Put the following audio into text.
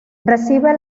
recibe